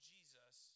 Jesus